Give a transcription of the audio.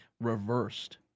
reversed